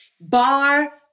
bar